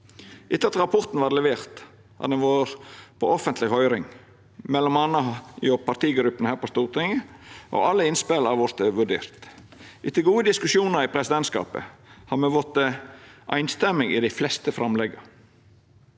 Etter at rapporten vart levert, hadde han vore på offentleg høyring m.a. i partigruppene her på Stortinget, og alle innspela har vorte vurderte. Etter gode diskusjonar i presidentskapet har me vorte einstemmige i dei fleste framlegga.